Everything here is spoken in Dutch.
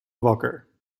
wakker